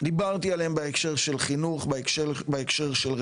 דיברתי עליהם בהקשר של חינוך ובהקשר של רווחה,